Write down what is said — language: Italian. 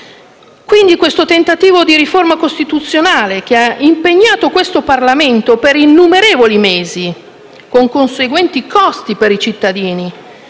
Quindi, questo tentativo di riforma costituzionale, che ha impegnato il Parlamento per innumerevoli mesi, con conseguenti costi per i cittadini,